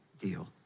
deal